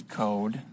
code